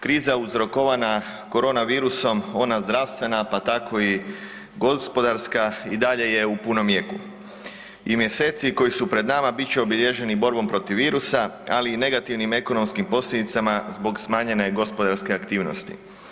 Kriza uzrokovana koronavirusom, ona zdravstvena, pa tako i gospodarska, i dalje je u punom jeku i mjeseci koji su pred nama bit će obilježeni borbom protiv virusa, ali i negativnim ekonomskim posljedicama zbog smanjene gospodarske aktivnosti.